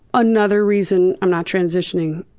another reason i'm not transitioning,